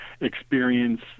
experience